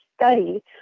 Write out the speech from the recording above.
study